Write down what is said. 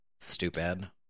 Stupid